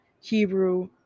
Hebrew